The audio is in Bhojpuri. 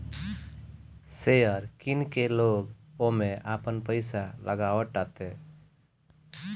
शेयर किन के लोग ओमे आपन पईसा लगावताटे